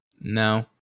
No